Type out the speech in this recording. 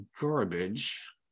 garbage